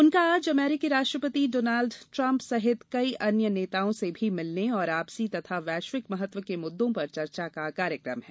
उनका आज अमरीकी राष्ट्रपति डोनाल्ड ट्रम्प सहित कई अन्य नेताओं से भी मिलने और आपसी तथा वैश्विक महत्व के मुद्दों पर चर्चा का कार्यक्रम है